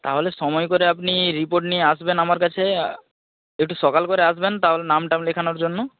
তাহলে সময় করে আপনি রিপোর্ট নিয়ে আসবেন আমার কাছে একটু সকাল করে আসবেন তাহলে নাম টাম লেখানোর জন্য